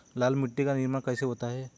लाल मिट्टी का निर्माण कैसे होता है?